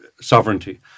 sovereignty